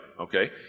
okay